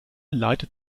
leitet